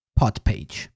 podpage